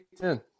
Ten